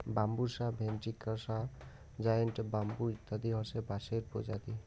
Bambusa ventricosa, giant bamboo ইত্যাদি হসে বাঁশের প্রজাতি